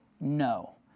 no